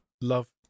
Love